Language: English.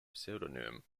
pseudonym